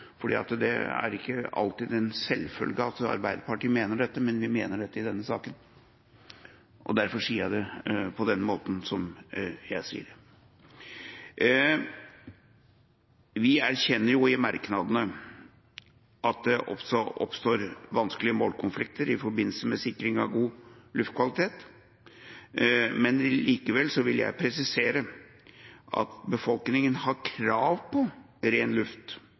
fordi det ikke alltid er en selvfølge at Arbeiderpartiet mener dette, men vi mener det i denne saka. Derfor sier jeg det på den måten som jeg sier det. Vi erkjenner i merknadene at det også oppstår vanskelige målkonflikter i forbindelse med sikring av god luftkvalitet, men likevel vil jeg presisere at befolkningen har krav på ren luft